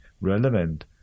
relevant